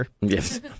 Yes